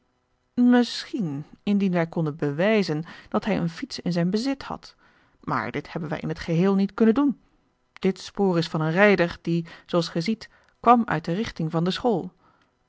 misschien indien wij konden bewijzen dat hij een fiets in zijn bezit had maar dit hebben wij in het geheel niet kunnen doen dit spoor is van een rijder die zooals gij ziet kwam uit de richting van de school